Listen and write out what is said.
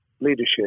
leadership